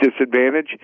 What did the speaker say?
disadvantage